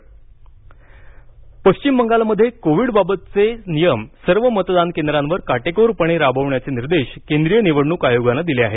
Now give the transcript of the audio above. पश्चिम बंगाल निवडणक आढावा पश्चिम बंगालमध्ये कोविडबाबतचे नियम सर्व मतदान केंद्रांवर काटेकोरपणे राबवण्याचे निर्देश केंद्रीय निवडणूक आयोगानं दिले आहेत